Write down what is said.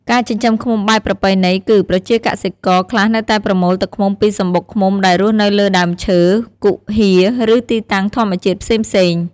ការចិញ្ចឹមឃ្មុំបែបប្រពៃណីគឺ ប្រជាកសិករខ្លះនៅតែប្រមូលទឹកឃ្មុំពីសំបុកឃ្មុំដែលរស់នៅលើដើមឈើ គុហា ឬទីតាំងធម្មជាតិផ្សេងៗ។